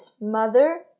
mother